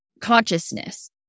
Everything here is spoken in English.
consciousness